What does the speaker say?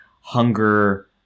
hunger